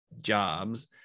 Jobs